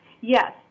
Yes